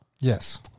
Yes